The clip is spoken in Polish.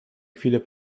chwilę